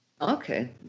Okay